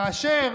כאשר